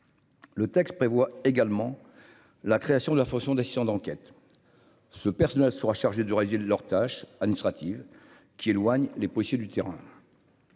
le texte prévoit également la création de la fondation d'enquête ce personnel sera chargé de réaliser leurs tâches administratives qui éloigne les policiers du terrain.